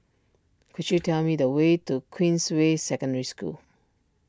could you tell me the way to Queensway Secondary School